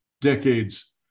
decades